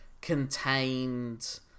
contained